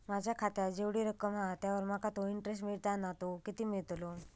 माझ्या खात्यात जेवढी रक्कम हा त्यावर माका तो इंटरेस्ट मिळता ना तो किती मिळतलो?